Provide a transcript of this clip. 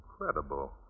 incredible